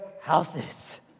houses